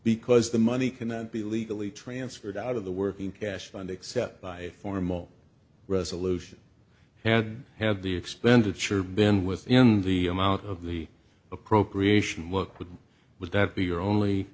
because the money cannot be legally transferred out of the working cash fund except by a formal resolution and have the expenditure been within the amount of the appropriation work with would that be your only